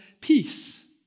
peace